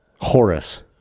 horus